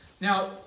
Now